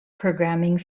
programming